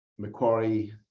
Macquarie